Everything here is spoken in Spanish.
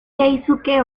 keisuke